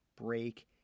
break